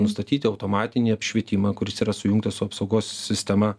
nustatyti automatinį apšvietimą kuris yra sujungtas su apsaugos sistema